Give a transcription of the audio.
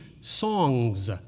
songs